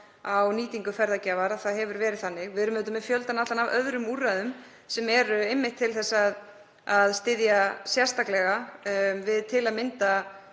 á nýtingu ferðagjafarinnar að það hefur verið þannig. Við erum auðvitað með fjöldann allan af öðrum úrræðum sem eru einmitt til að styðja sérstaklega við til að mynda